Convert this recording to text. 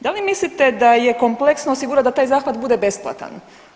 Da li mislite da je kompleksno osigurati da taj zahvat bude besplatan?